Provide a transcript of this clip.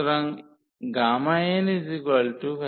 সুতরাং nn 1